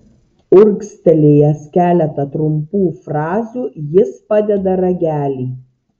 urgztelėjęs keletą trumpų frazių jis padeda ragelį